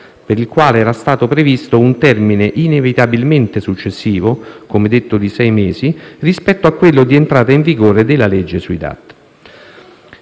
per il quale era stato previsto un termine inevitabilmente successivo (come detto, di sei mesi) rispetto a quello di entrata in vigore della legge sulle